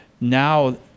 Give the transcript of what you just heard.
now